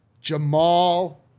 Jamal